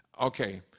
Okay